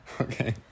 Okay